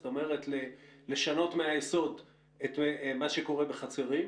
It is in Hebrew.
זאת אומרת, לשנות מהיסוד את מה שקורה בחצרים?